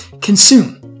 consume